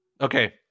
Okay